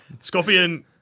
Scorpion